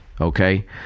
okay